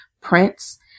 prints